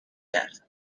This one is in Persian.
کرد